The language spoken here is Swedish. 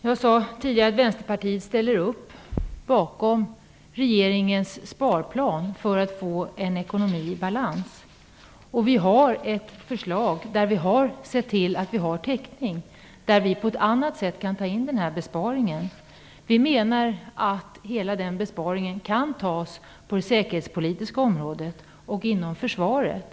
Jag sade tidigare att Vänsterpartiet ställer upp på regeringens sparplan för att få en ekonomi i balans. Vi har ett förslag där vi ser till att vi har täckning och där vi på ett annat sätt kan ta in den här besparingen. Vi menar att hela besparingen kan göras på det säkerhetspolitiska området och inom försvaret.